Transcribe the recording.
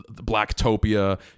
blacktopia